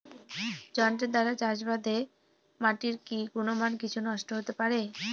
যন্ত্রের দ্বারা চাষাবাদে মাটির কি গুণমান কিছু নষ্ট হতে পারে?